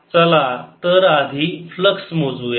da⏟ E चला तर आधी फ्लक्स मोजुया